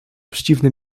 przeciwne